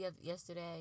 yesterday